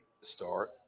start